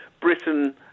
Britain